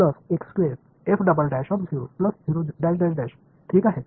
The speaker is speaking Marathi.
तर ठीक आहे